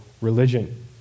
religion